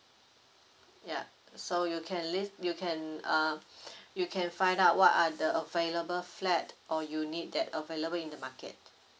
yup so you can list you can uh you can find out what are the available flat or unit that available in the market